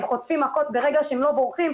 הם חוטפים מכות ברגע שהם לא בורחים,